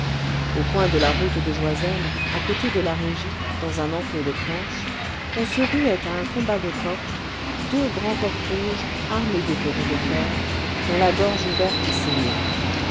au coin de la route de joiselle à côté de la régie dans un enclos de planches on se ruait à un combat de coqs deux grands coqs rouges armés d'éperons de fer dont la gorge ouverte saignait